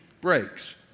breaks